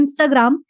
Instagram